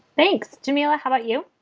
thanks. jameela, how about you?